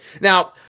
Now